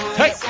hey